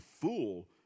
fool